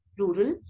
rural